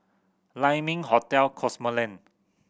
Lai Ming Hotel Cosmoland